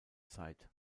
zeit